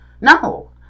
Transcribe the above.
No